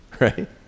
right